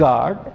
God